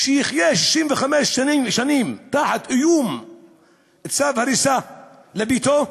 שיחיה 65 שנים תחת איום של צו הריסה לביתו,